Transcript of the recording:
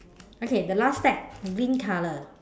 okay the last stack green color